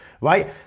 right